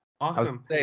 Awesome